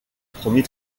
premier